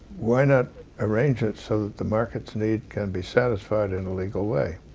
why not arrange it so that the market's need can be satisfied in a legal way,